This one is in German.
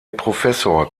professor